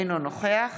אינו נוכח